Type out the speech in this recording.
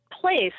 place